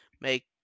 make